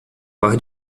par